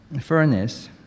furnace